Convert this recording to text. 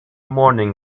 morning